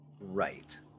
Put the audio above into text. right